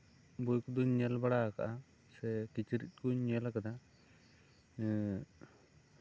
ᱵᱳᱭ ᱠᱚᱫᱚᱧ ᱧᱮᱞ ᱵᱟᱲᱟ ᱟᱠᱟᱜᱼᱥᱮ ᱠᱤᱪᱨᱤᱡ ᱠᱚᱧ ᱧᱮᱞ ᱠᱟᱫᱟ ᱮᱜ